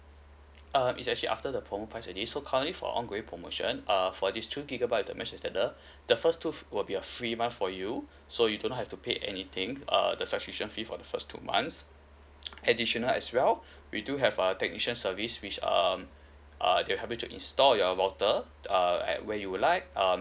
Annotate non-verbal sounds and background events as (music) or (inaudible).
um is actually after the promo price already so currently for ongoing promotion err for this two gigabyte with the mesh extender (breath) the first two f~ will be a free month for you so you do not have to pay anything err the subscription fee for the first two months (noise) additional as well we do have a technician service which um uh they'll help you to install your router err at where you would like um